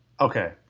Okay